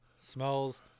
Smells